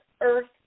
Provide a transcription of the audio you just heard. earth